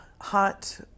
hot